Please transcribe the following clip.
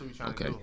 Okay